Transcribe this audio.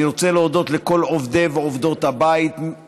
אני רוצה להודות לכל עובדי ועובדות הבית,